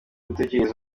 gutekereza